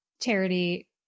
Charity